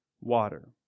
water